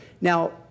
Now